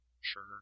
sure